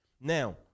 Now